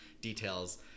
details